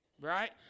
right